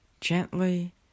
gently